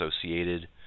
associated